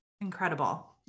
incredible